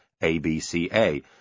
ABCA